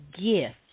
gift